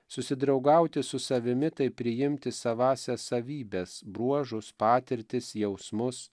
susidraugauti su savimi tai priimti savąsias savybes bruožus patirtis jausmus